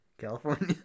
California